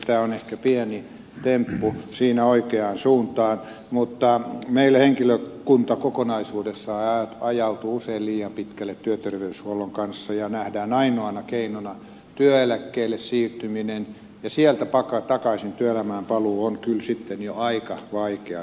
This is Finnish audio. tämä on ehkä siinä pieni temppu oikeaan suuntaan mutta meillä henkilökunta kokonaisuudessaan ajautuu usein liian pitkälle työterveyshuollon kanssa ja nähdään ainoana keinona työeläkkeelle siirtyminen ja sieltä takaisin työelämään paluu on kyllä sitten jo aika vaikeata